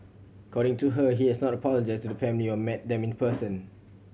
according to her he has not apologised to the family or met them in person